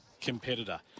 competitor